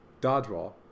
Dodgeball